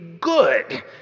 good